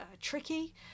Tricky